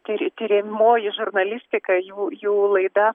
tir tiriamoji žurnalistika jų jų laida